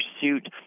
pursuit